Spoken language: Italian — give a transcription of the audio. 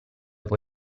può